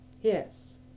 Yes